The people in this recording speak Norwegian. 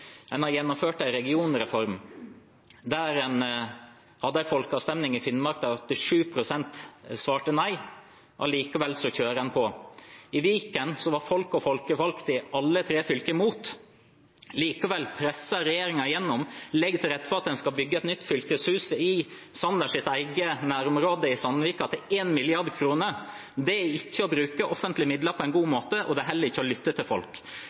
En har gjennomført en regionreform der en hadde en folkeavstemning i Finnmark der 87 pst. svarte nei. Allikevel kjører en på. I Viken var folk og folkevalgte i alle tre fylker imot. Likevel presser regjeringen det igjennom og legger til rette for at en skal bygge et nytt fylkeshus i Sanners eget nærområde, i Sandvika, til 1 mrd. kr. Det er ikke å bruke offentlige midler på en god måte, og det er heller ikke å lytte til folk.